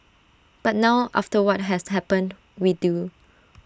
but now after what has happened we do